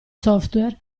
software